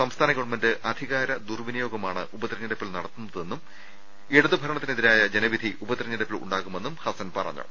സംസ്ഥാന government അധി കാര ദുർവിനിയോഗമാണ് ഉപതെരഞ്ഞെടുപ്പിൽ നടത്തുന്നതെന്നും ഇടത് ഭരണത്തിനെതിരായ ജനവിധി ഉപതെർഞ്ഞെടുപ്പിൽ ഉണ്ടാകുമെന്നും ഹസ്സൻ പറഞ്ഞു